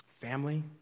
family